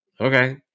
okay